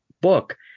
book